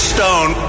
Stone